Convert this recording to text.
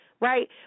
right